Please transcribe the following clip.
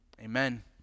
Amen